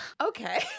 okay